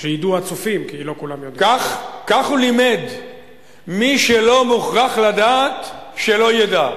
כך לימד אבי: מי שלא מוכרח לדעת, שלא ידע.